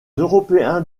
européens